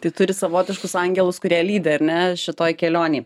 tai turi savotiškus angelus kurie lydi ar ne šitoj kelionėj